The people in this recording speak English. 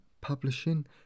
publishing